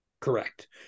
Correct